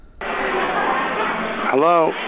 Hello